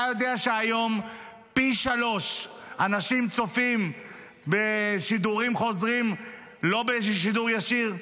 אתה יודע שהיום פי-שלושה אנשים צופים בשידורים חוזרים ולא בשידור ישיר?